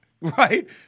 right